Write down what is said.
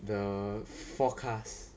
the forecasts